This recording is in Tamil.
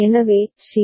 எனவே சி